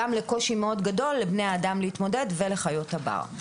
זה הפך גם לקושי גדול מאוד לבני האדם להתמודד ולחיות הבר.